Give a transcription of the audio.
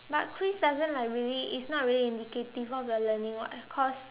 but quiz doesn't like really it's not really indicative cause the learning [what] cause